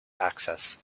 access